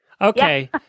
Okay